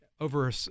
over